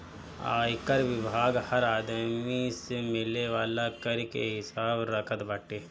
आयकर विभाग हर आदमी से मिले वाला कर के हिसाब रखत बाटे